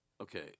okay